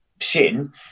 shin